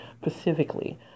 specifically